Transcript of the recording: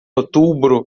outubro